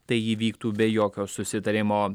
tai įvyktų be jokio susitarimo